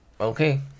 okay